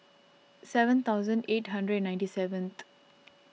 seven thousand eight hundred and ninety seven